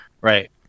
right